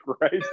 right